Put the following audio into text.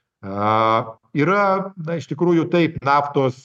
a yra na iš tikrųjų taip naftos